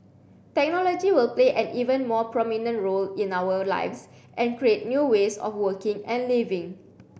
technology will play an even more prominent role in our lives and create new ways of working and living